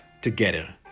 together